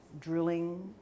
drilling